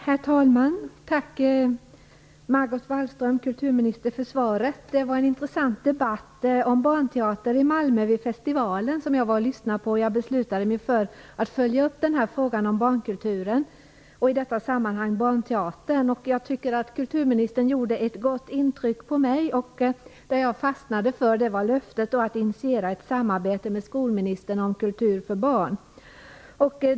Herr talman! Tack för svaret, kulturminister Margot Wallström. Jag lyssnade på en intressant debatt på festivalen i Malmö om barnteater. Jag beslutade mig för att följa upp frågan om barnkulturen och i detta sammanhang barnteatern. Kulturministern gjorde ett gott intryck på mig. Jag fastnade för löftet om att initiera ett samarbete med skolministern om kultur för barn.